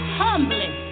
humbly